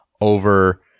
over